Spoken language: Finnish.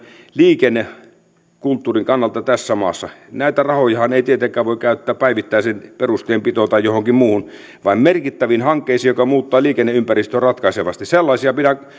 liikennekulttuurin kannalta tässä maassa näitä rahojahan ei tietenkään voi käyttää päivittäiseen perustienpitoon tai johonkin muuhun vaan merkittäviin hankkeisiin jotka muuttavat liikenneympäristöä ratkaisevasti